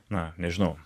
na nežinau